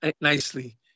nicely